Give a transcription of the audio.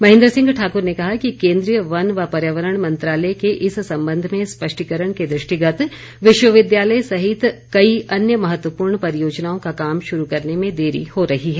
महेंद्र सिंह ठाकुर ने कहा कि केंद्रीय वन व पर्यावरण मंत्रालय के इस संबंध में स्पष्टीकरण के दृष्टिगत विश्वविद्यालय सहित कई अन्य महत्वपूर्ण परियोजनाओं का काम शुरू करने में देरी हो रही है